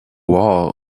wall